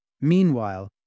Meanwhile